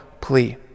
plea